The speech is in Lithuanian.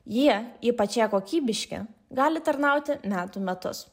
jie ypač jie kokybiški gali tarnauti metų metus